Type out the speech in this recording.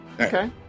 okay